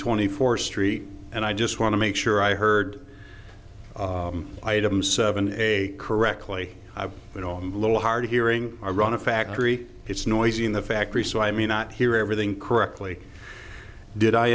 twenty fourth street and i just want to make sure i heard item seven a correctly i've been on a little hard of hearing around a factory it's noisy in the factory so i mean not hear everything correctly did i